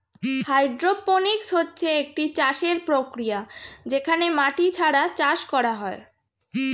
hydroponics হচ্ছে একটি চাষের প্রক্রিয়া যেখানে মাটি ছাড়া চাষ করা হয়